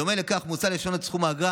בדומה לכך מוצע לשנות את סכום האגרה